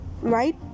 right